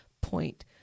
point